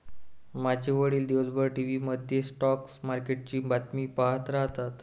माझे वडील दिवसभर टीव्ही मध्ये स्टॉक मार्केटची बातमी पाहत राहतात